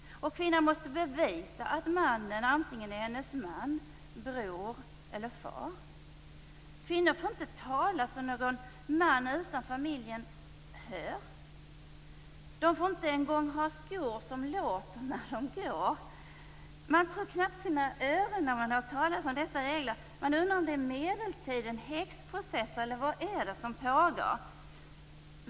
Och kvinnan måste bevisa att mannen antingen är hennes man, bror eller far. - Kvinnor får inte tala så att någon man utanför familjen hör. De får inte en gång ha skor som låter när de går. Man tror knappt sina öron när man hör talas om dessa regler. Man undrar: Är det här medeltiden, häxprocesser? Eller vad är det som pågår?